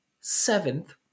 Seventh